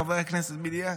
חבר הכנסת בליאק?